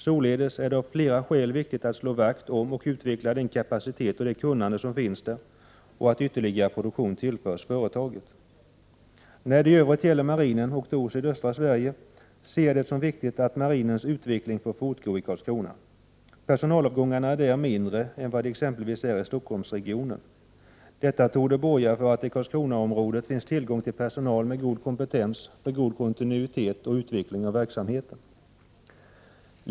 Således är det av flera skäl viktigt att slå vakt om och utveckla den kapacitet och det kunnande som finns där och att tillföra företaget ytterligare produktion. När det i övrigt gäller marinen, och då sydöstra Sverige, ser jag det som viktigt att marinens utveckling får fortgå i Karlskrona. Personalavgångarna är där mindre än vad de är i exempelvis Stockholmsregionen. Detta torde borga för att det i Karlskronaområdet finns tillgång till personal med god kompetens för god kontinuitet och utveckling av verksamheten.